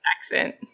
accent